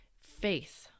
faith